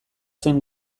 zen